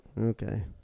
okay